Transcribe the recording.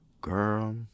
Girl